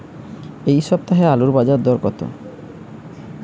এ সপ্তাহে আলুর বাজার দর কত?